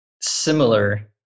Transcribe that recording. similar